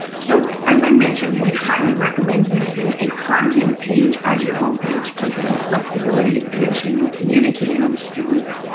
so as i mentioned, we highly recommend using a content page as your home page because of the flexibility it gives you in communicating with students.